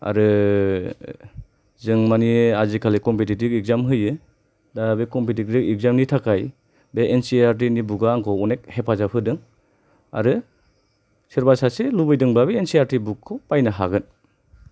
आरो जों मानि आजिकालि कमपिटिटिभ एग्जाम होयो दा बे कमपिटिटिभ एग्जामनि थाखाय बे N C E R T नि बुक आ आंखौ अनेख हेफाजाब होदों आरो सोरबा सासे लुबैदोंबा बे N C E R T book खौ बायनो हागोन